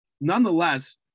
nonetheless